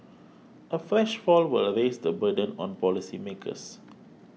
a fresh fall will lace the burden on policymakers